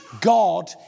God